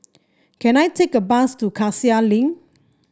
can I take a bus to Cassia Link